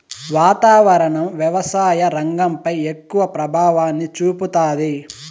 వాతావరణం వ్యవసాయ రంగంపై ఎక్కువ ప్రభావాన్ని చూపుతాది